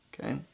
okay